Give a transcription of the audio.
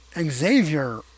Xavier